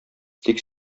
тик